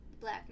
black